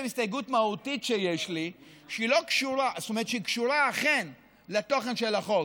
מהותית שיש לי, שהיא קשורה אכן לתוכן של החוק.